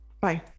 Bye